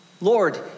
Lord